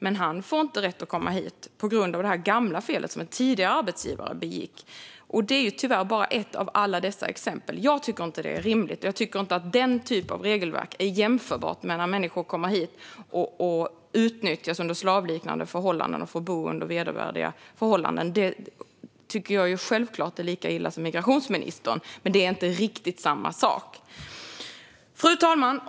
Men han har inte rätt att komma hit på grund av det gamla felet som en tidigare arbetsgivare begick. Det är tyvärr bara ett av alla dessa exempel. Jag tycker inte att detta är rimligt. Jag tycker inte heller att den typen av regelverk är jämförbart med när människor kommer hit och utnyttjas under slavliknande förhållanden och får bo under vedervärdiga förhållanden. Det tycker jag självklart är lika illa som migrationsministern tycker. Men det är inte riktigt samma sak. Fru talman!